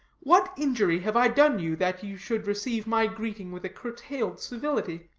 what injury have i done you, that you should receive my greeting with a curtailed civility?